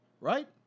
right